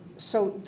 so,